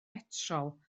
betrol